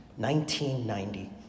1990